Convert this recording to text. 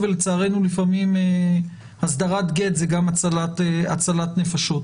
ולצערנו לפעמים הסדרת גט זה גם הצלת נפשות.